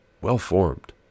well-formed